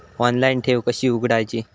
Online ठेव कशी उघडायची?